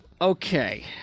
Okay